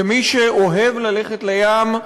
כמי שאוהב ללכת לים,